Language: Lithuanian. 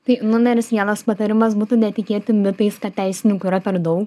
tai numeris vienas patarimas būtų netikėti mitais kad teisininkų yra per daug